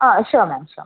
ആ sure ma'am sure മാം